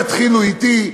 יתחילו אתי,